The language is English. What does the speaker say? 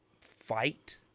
fight